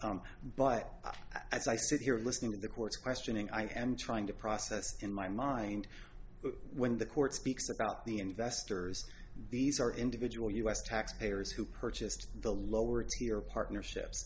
but as i sit here listening to the court's questioning i am trying to process in my mind when the court speaks about the investors these are individual u s taxpayers who purchased the lower tier partnerships